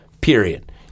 Period